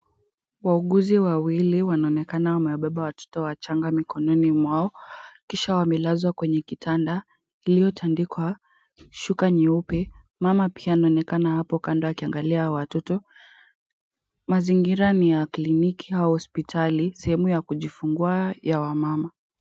Wauguzi wawili wanaonekana wamebeba watoto wachanga mikononi mwao, kisha wamelaza katika kitanda kiliotandikwa shuka nyeupe. Mama pia anaonekana hapo kando akiangalia watoto. Mazingira ni ya kliniki au hospitali, sehemu ya kujifungua ya wamama.